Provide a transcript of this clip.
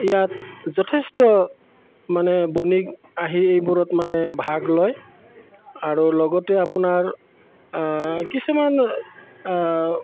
ইয়াত যথেষ্ট মানে বনীগ আহি এইবোৰত মানে ভাগ লয় আৰু লগতে আপোনাৰ কিছুমান